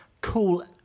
cool